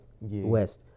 West